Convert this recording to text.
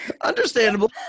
understandable